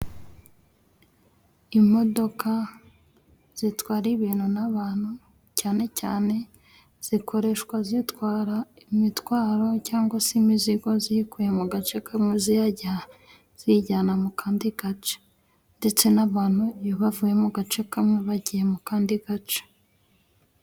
Imodoka zitwara ibintu n'abantu cyane cyane zikoreshwa zitwara imitwaro cyangwa se imizigo ziyikuye mu gace kamwe ziyajya ziyijyana mu kandi gace, ndetse n'abantu iyo bavuye mu gace kamwe bagiye mu kandi gace.